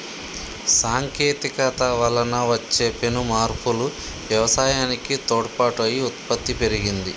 సాంకేతికత వలన వచ్చే పెను మార్పులు వ్యవసాయానికి తోడ్పాటు అయి ఉత్పత్తి పెరిగింది